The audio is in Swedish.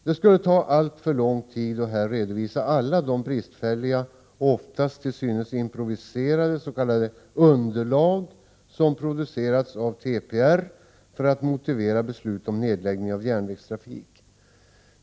Det skulle ta alltför lång tid att här redovisa alla de bristfälliga och oftast till synes improviserade s.k. underlag som producerats av transportrådet för att motivera beslut om nedläggning av järnvägstrafik.